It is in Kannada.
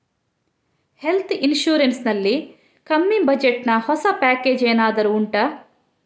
ಹೆಲ್ತ್ ಇನ್ಸೂರೆನ್ಸ್ ನಲ್ಲಿ ಕಮ್ಮಿ ಬಜೆಟ್ ನ ಹೊಸ ಪ್ಯಾಕೇಜ್ ಏನಾದರೂ ಉಂಟಾ